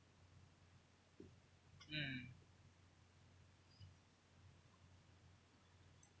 mm